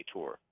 Tour